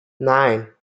nine